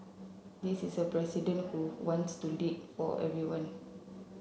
this is a president who who wants to lead for everybody